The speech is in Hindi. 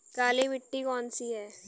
काली मिट्टी कौन सी है?